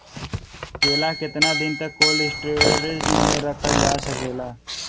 केला केतना दिन तक कोल्ड स्टोरेज में रखल जा सकेला?